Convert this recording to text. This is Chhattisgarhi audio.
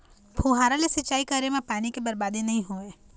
फुहारा ले सिंचई करे म पानी के बरबादी नइ होवय